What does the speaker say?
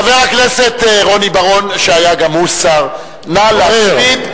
חבר הכנסת רוני בר-און, שהיה גם הוא שר, נוער.